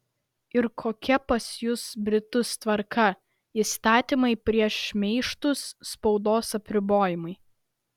ir kokia pas jus britus tvarka įstatymai prieš šmeižtus spaudos apribojimai